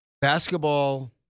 basketball